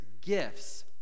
gifts